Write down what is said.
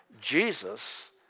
Jesus